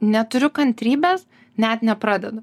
neturiu kantrybės net nepradedu